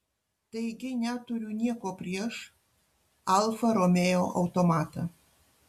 taigi neturiu nieko prieš alfa romeo automatą